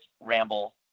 ramble